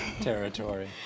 territory